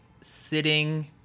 sitting